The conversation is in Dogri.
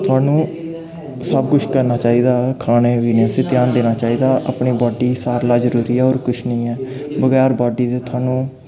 थोआनू सब कुछ करना चाहिदा खाने पीने आस्तै ध्यान देना चाहिदा अपनी बाड्डी सारे कोल जरूरी ऐ होर किश निं ऐ बगैर बाड्डी दे थोआनू